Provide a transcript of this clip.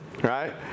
right